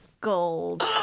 gold